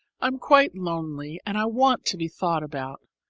i'm quite lonely and i want to be thought about.